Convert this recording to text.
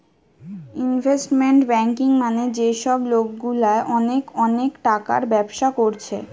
investment banking মানে যে সব লোকগুলা অনেক অনেক টাকার ব্যবসা কোরছে